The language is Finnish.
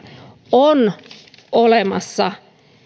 on olemassa